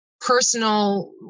personal